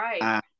Right